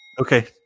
Okay